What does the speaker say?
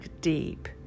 deep